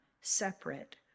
separate